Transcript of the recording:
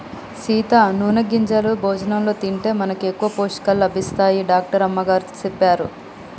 సీత నూనె గింజలు భోజనంలో తింటే మనకి ఎక్కువ పోషకాలు లభిస్తాయని డాక్టర్ అమ్మగారు సెప్పారు